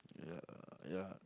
yeah yeah